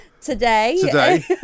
Today